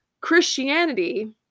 Christianity